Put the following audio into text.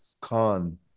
Khan